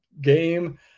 game